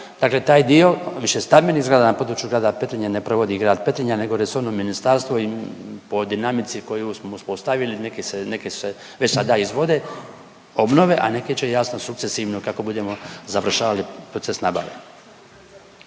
dakle taj dio višestambenih zgrada na području grada Petrinje ne provodi grad Petrinja nego resorno ministarstvo i po dinamici koju smo uspostavili neke se, neke se već sada izvode obnove, a neke će jasno sukcesivno kako budemo završavali proces nabave.